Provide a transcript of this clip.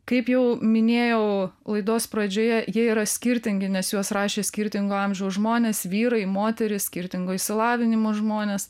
kaip jau minėjau laidos pradžioje jie yra skirtingi nes juos rašė skirtingo amžiaus žmonės vyrai moterys skirtingo išsilavinimo žmonės